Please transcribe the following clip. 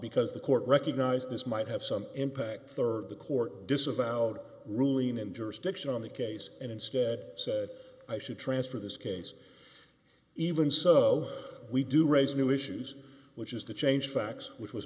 because the court recognized this might have some impact rd the court disavowed ruling in jurisdiction on the case and instead said i should transfer this case even so we do raise new issues which is to change facts which was